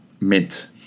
mint